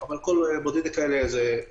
אבל הסכנה מכל בודד כזה היא ברורה.